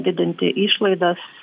didinti išlaidas